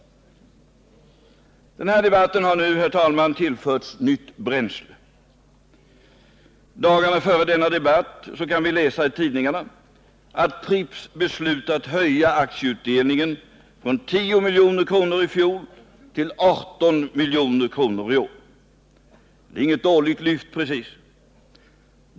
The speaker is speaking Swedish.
Denna debatt har nu tillförts nytt bränsle. Dagarna före debatten kan vi läsa itidningarna att Pripps beslutat höja aktieutdelningen från 10 milj.kr. i fjol till 18 milj.kr. i år. Det är inget dåligt lyft precis.